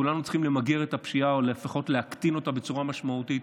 כולנו צריכים למגר את הפשיעה או לפחות להקטין אותה בצורה משמעותית.